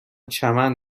چمن